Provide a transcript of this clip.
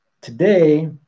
today